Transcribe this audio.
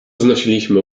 znosiliśmy